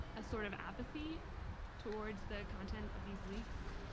a sort of apathy towards the content of these leaks,